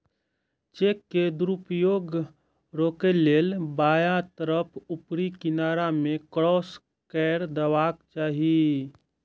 cheque के दुरुपयोग रोकै लेल बायां तरफ ऊपरी किनारा मे क्रास कैर देबाक चाही